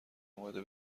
اومده